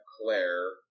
Claire